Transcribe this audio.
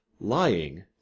lying